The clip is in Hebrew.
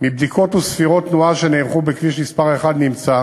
מבדיקות וספירות תנועה שנערכו בכביש מס' 1 נמצא